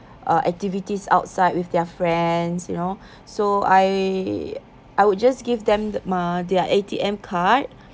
uh activities outside with their friends you know so I I would just give them the ma~ their A_T_M card